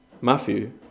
Matthew